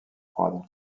froide